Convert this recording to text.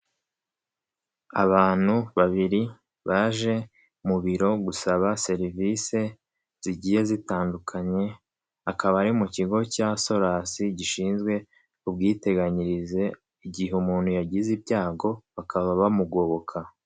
Abantu babiri baje mu biro gusaba serivisi zigiye zitandukanye, akaba ari mu kigo cya SOLASI, gishinzwe ubwiteganyirize igihe umuntu yagize ibyago bakaba bamugoboka.